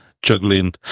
Juggling